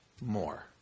more